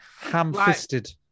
Ham-fisted